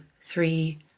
three